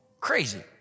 Crazy